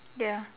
ya